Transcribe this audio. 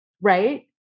right